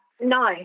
no